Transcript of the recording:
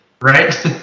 Right